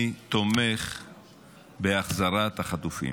אני תומך בהחזרת החטופים.